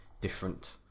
different